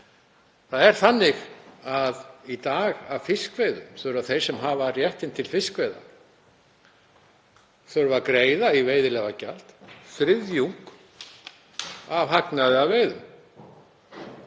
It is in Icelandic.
Það er þannig í dag að þeir sem hafa rétt til fiskveiða þurfa að greiða í veiðigjald þriðjung af hagnaði af veiðum.